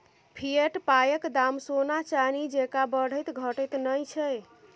fiat पायक दाम सोना चानी जेंका बढ़ैत घटैत नहि छै